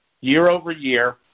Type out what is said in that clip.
year-over-year